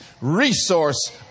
resource